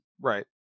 Right